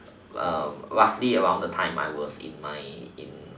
uh roughly around the time I was in my in